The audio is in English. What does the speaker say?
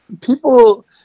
people